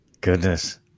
Goodness